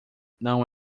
não